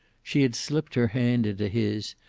she had slipped her hand into his,